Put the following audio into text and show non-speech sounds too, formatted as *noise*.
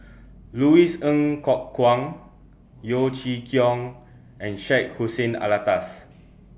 Louis Ng Kok Kwang Yeo *noise* Chee Kiong and Syed Hussein Alatas *noise*